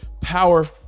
power